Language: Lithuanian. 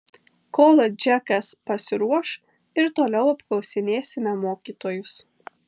kol džekas pasiruoš ir toliau apklausinėsime mokytojus